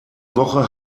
woche